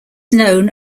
known